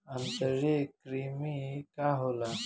आंतरिक कृमि का होला?